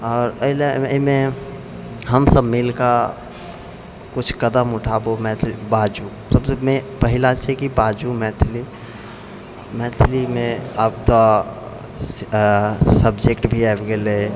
आओर एहिला एहिमे हमसब मिल कऽ किछु कदम उठाबू मैथिली बाजू सबसँ पहिला छै कि बाजु मैथिली मैथिलीमे आब तऽ सब्जेक्ट भी आबि गेलै